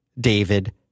David